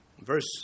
Verse